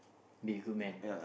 be a good man